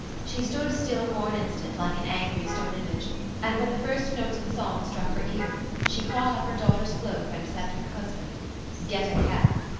she stood still for an instant like an angry stone image and, when the first notes of the song struck her ear, she caught up her daughter's cloak and said to her husband get a cab!